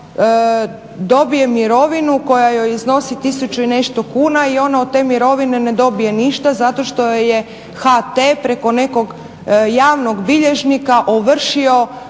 odnosno dobije mirovinu koja joj iznosi tisuću i nešto kuna i ona od te mirovine ne dobije ništa zato što joj je HT preko nekog javnog bilježnika ovršio